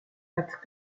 pat